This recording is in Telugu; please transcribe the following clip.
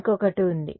ఇంకొకటి ఉంది